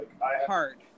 hard